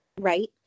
Right